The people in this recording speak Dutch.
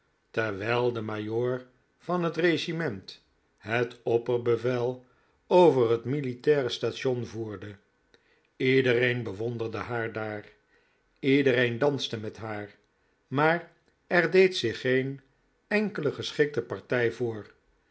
terwijl de majoor van het regiment het opperbevel over het militaire station voerde iedereen bewonderde haar daar iedereen danste met haar maar er deed zich geen enkele geschikte partij voor